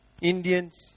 Indians